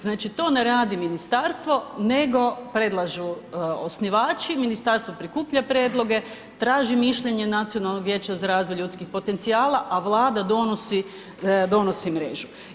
Znači to ne radi ministarstvo nego predlažu osnivači, ministarstvo prikuplja prijedloge, traži mišljenje Nacionalnog vijeća za razvoj ljudskih potencijala, a Vlada donosi, donosi mrežu.